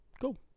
cool